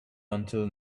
until